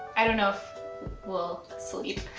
i don't know if we'll sleep.